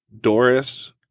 Doris